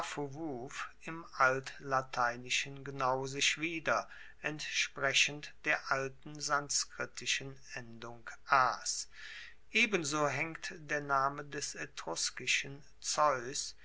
im altlateinischen genau sich wieder entsprechend der alten sanskritischen endung as ebenso haengt der name des etruskischen zeus